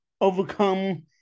overcome